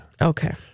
Okay